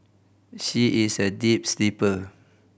she is a deep sleeper